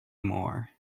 more